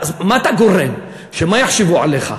מה אתה גורם, שמה יחשבו עליך?